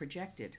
projected